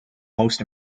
most